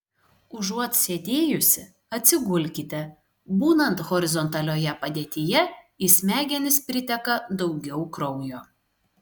užuot sėdėjusi atsigulkite būnant horizontalioje padėtyje į smegenis priteka daugiau kraujo